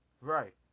Right